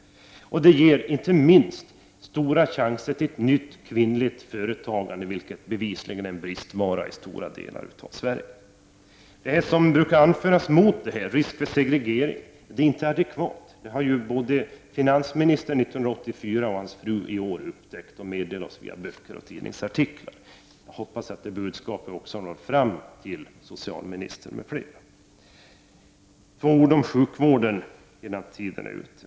Inte minst skulle detta ge stora chanser till nytt kvinnligt företagande, vilket bevisligen är en bristvara i stora delar av Sverige. Det skäl som brukar anföras emot — risk för segregering — är inte adekvat. Detta har både finansministern 1984 och hans fru i fjol upptäckt och meddelat oss via böcker och tidningsartiklar. Jag hoppas att det budskapet har nått fram till socialministern m.fl.! Några ord om sjukvården, innan tiden är ute.